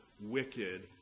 wicked